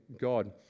God